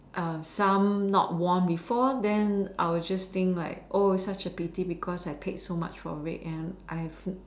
some not worn before then I would just think like oh such a pity because I paid so much for it and I've